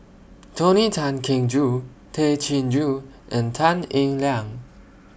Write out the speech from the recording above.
Tony Tan Keng Joo Tay Chin Joo and Tan Eng Liang